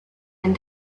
and